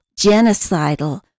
genocidal